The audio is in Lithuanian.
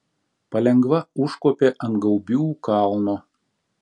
palengva užkopė ant gaubių kalno